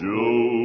Joe